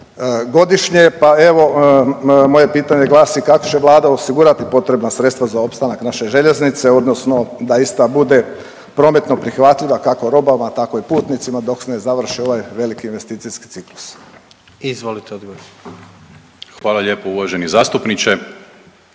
godišnje. Pa evo moje pitanje glasi kako će vlada osigurati potrebna sredstva za opstanak naše željeznice odnosno da ista bude prometno prihvatljiva kako robama tako i putnicima dok ne završi ovaj veliki investicijski ciklus. **Jandroković, Gordan